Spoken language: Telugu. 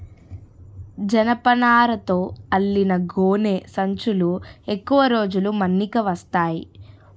జనపనారతో అల్లిన గోనె సంచులు ఎక్కువ రోజులు మన్నిక వస్తాయి